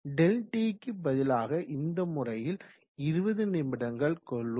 ∆t க்கு பதிலாக இந்த முறையில் 20நிமிடங்களை கொள்வோம்